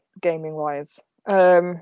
gaming-wise